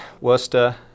Worcester